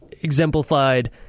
exemplified